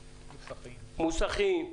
מוסכים,